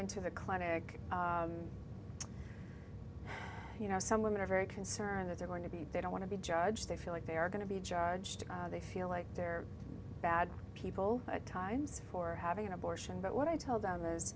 coming to the clinic you know some women are very concerned that they're going to be they don't want to be judged they feel like they're going to be charged they feel like they're bad people at times for having an abortion but what i told othe